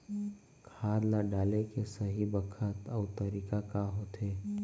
खाद ल डाले के सही बखत अऊ तरीका का होथे?